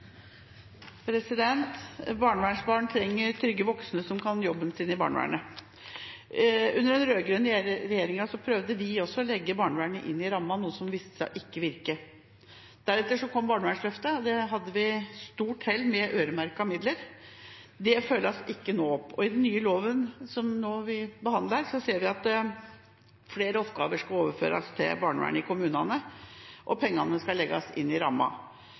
Barnevernsbarn trenger trygge voksne i barnevernet som kan jobben sin. Under den rød-grønne regjeringa prøvde også vi å legge barnevernet inn i rammen, noe som viste seg ikke å virke. Deretter kom Barnevernsløftet, og der hadde vi stort hell med øremerkede midler. Det følges nå ikke opp. I den nye loven – som vi nå vi behandler – ser vi at flere oppgaver skal overføres til barnevernet i kommunene, og pengene skal legges inn i